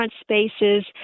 spaces